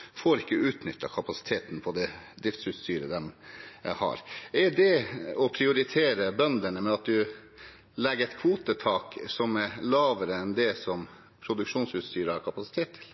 ikke får utnyttet kapasiteten til det produksjonsutstyret de har. Er det å prioritere bøndene – at man legger et kvotetak som er lavere enn det som produksjonsutstyret har kapasitet til?